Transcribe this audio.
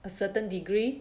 a certain degree